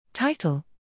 Title